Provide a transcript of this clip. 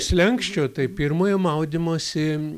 slenksčio tai pirmojo maudymosi